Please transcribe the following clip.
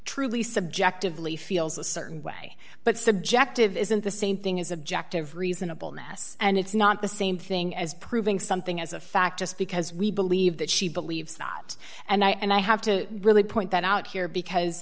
truly subjectively feels a certain way but subjective isn't the same thing as objective reasonable ness and it's not the same thing as proving something as a fact just because we believe that she believes not and i and i have to really point that out here because